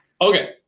Okay